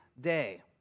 day